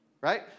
Right